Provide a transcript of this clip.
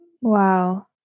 Wow